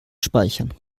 speichern